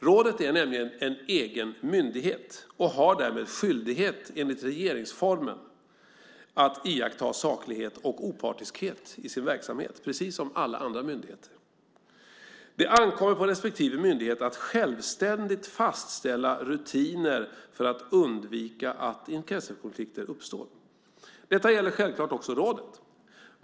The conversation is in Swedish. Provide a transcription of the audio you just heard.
Rådet är en egen myndighet och har därmed skyldighet enligt regeringsformen att iaktta saklighet och opartiskhet i sin verksamhet precis som alla andra myndigheter. Det ankommer på respektive myndighet att självständigt fastställa rutiner för att undvika att intressekonflikter uppstår. Detta gäller självklart även rådet.